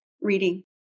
reading